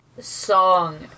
song